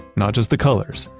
not just the colors,